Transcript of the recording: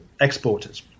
exporters